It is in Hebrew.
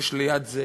יש ליד זה